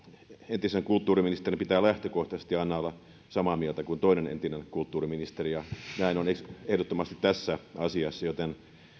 entisen kulttuuriministerin pitää lähtökohtaisesti aina olla samaa mieltä kuin toinen entinen kulttuuriministeri ja näin on ehdottomasti tässä asiassa joten